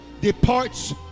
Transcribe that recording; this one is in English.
departs